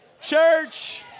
Church